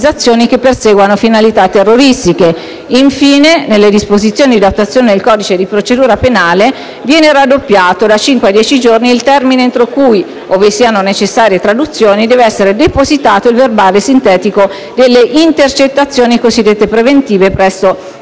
che perseguono finalità terroristiche. Infine, nelle disposizioni di attuazione al codice di procedura penale viene raddoppiato, da cinque a dieci giorni, il termine entro cui - ove siano necessarie traduzioni - deve essere depositato il verbale sintetico delle intercettazioni cosiddette preventive presso